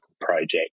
project